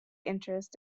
interest